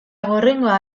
gorringoa